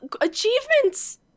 achievements